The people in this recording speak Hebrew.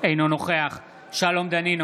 אינו נוכח שלום דנינו,